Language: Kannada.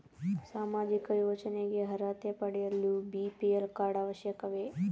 ಸಾಮಾಜಿಕ ಯೋಜನೆಗೆ ಅರ್ಹತೆ ಪಡೆಯಲು ಬಿ.ಪಿ.ಎಲ್ ಕಾರ್ಡ್ ಅವಶ್ಯಕವೇ?